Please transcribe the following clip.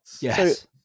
Yes